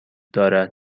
دارد